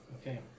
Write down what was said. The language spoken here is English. Okay